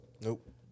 Nope